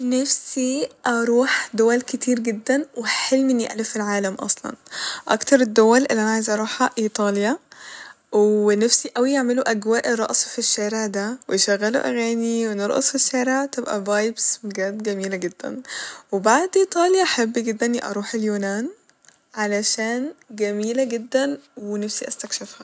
نفسي أروح دول كتير جدا وحلمي اني الف العالم اصلا ، اكتر الدول الل انا عايزه اروحها ايطاليا ونفسي اوي يعملوا اجواء الرقص ف الشارع ده ويشغلو اغاني ونرقص ف الشارع وتبقى فايبس بجد جميلة جدا ، وبعد ايطاليا احب جدا اني اروح اليونان عشان جميلة جدا ونفسي استكشفها